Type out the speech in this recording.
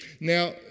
Now